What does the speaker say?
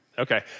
Okay